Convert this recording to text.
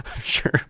Sure